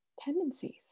tendencies